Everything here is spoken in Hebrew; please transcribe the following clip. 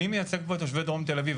אני מייצג פה את תושבי דרום תל אביב,